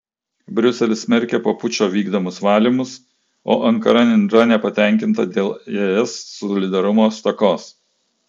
briuselis smerkia po pučo vykdomus valymus o ankara yra nepatenkinta dėl es solidarumo stokos